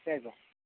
சரிப்பா